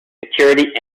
security